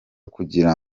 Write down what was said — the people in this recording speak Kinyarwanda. kugira